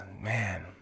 man